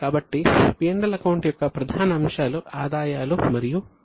కాబట్టి P L account యొక్క ప్రధాన అంశాలు ఆదాయాలు మరియు ఖర్చులు